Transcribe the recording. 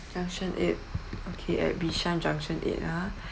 junction eight okay at Bishan junction eight ah